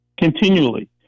Continually